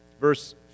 Verse